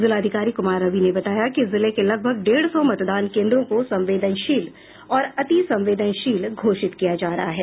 जिलाधिकारी कुमार रवि ने बताया कि जिले के लगभग डेढ़ सौ मतदान केंद्रों को संवेदनशील और अतिसंवेदनशील घोषित किया जा रहा है